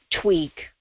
tweak